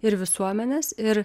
ir visuomenės ir